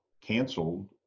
canceled